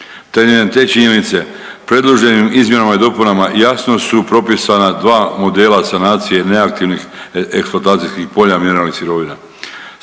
Temeljem te činjenice predloženim izmjenama i dopunama jasno su propisana dva modela sanacije neaktivnih eksploatacijskih polja mineralnih sirovina.